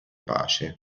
pace